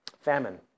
famine